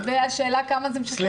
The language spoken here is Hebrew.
השאלה כמה זה משקף את המציאות.